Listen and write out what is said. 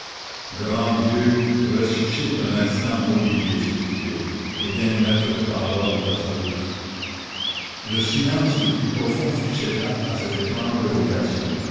grand dieu ressuscite un instant olivier s'écrie-t-il et daigne mettre ta parole dans sa bouche le silence le plus profond succéda à cette étrange évocation